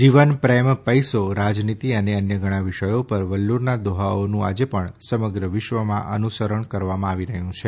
જીવન પ્રેમ પૈસો રાજનીતી અને અન્ય ઘણા વિષયો પર વલ્લુરના દોહાઓનું આજે પણ સમગ્ર વિશ્વમાં અનુસરણ કરવામાં આવી રહ્યું છે